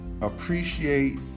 appreciate